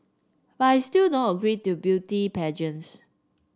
but I still don't agree to beauty pageants